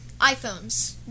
iPhones